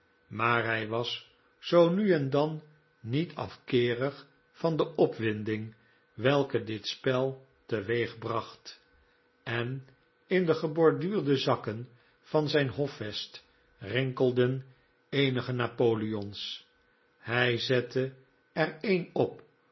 maar hij was zoo nu en dan niet af keerig van de opwinding welke dit spel teweegbracht en in de geborduurde zakken van zijn hofvest rinkelden eenige napoleons hij zette er een op